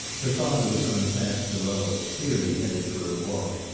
her father was on the path below, clearly headed for a walk.